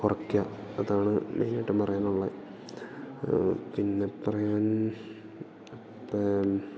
കുറക്കുക അതാണ് മെയിനായിട്ട് പറയാനുള്ള പിന്നെ പറയാൻ ഇപ്പം